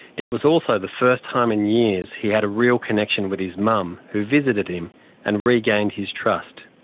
it was also the first time in years he had a real connection with his mum, who visited him and regained his trust.